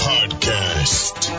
Podcast